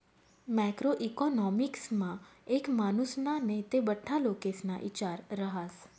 macro इकॉनॉमिक्समा एक मानुसना नै ते बठ्ठा लोकेस्ना इचार रहास